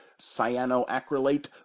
cyanoacrylate